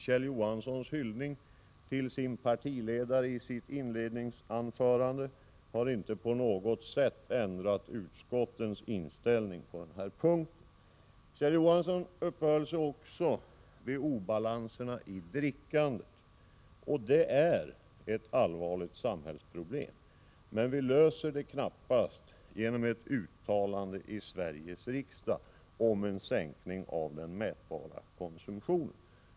Kjell Johanssons hyllning till sin partiledare i inledningsanförandet har inte på något sätt ändrat utskottens inställning på denna punkt. Kjell Johansson uppehöll sig också vid obalanserna i drickandet. Det är ett allvarligt samhällsproblem, men vi löser det knappast genom ett uttalande i Sveriges riksdag om en sänkning av den mätbara konsumtionen.